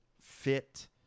fit